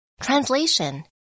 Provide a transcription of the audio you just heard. Translation